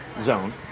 zone